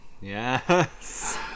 yes